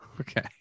Okay